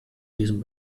diesem